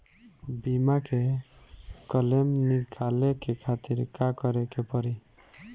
बीमा के क्लेम निकाले के खातिर का करे के पड़ी?